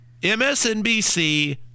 MSNBC